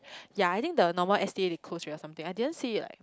ya I think the normal S_T_A they close already or something I didn't see like